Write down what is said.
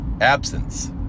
absence